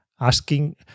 asking